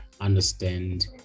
understand